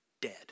dead